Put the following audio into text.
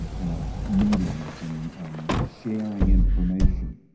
you know meetings and and sharing information.